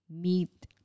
meet